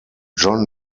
john